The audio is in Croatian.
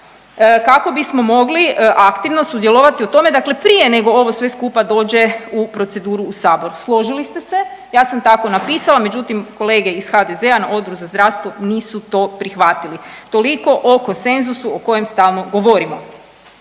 kako bismo mogli aktivno sudjelovati u tome dakle prije nego ovo sve skupa dođe u proceduru u sabor, složili ste se, ja sam tako napisala, međutim kolege iz HDZ-a na Odboru za zdravstvo nisu to prihvatili, toliko o konsenzusu o kojem stalno govorimo.